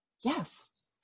yes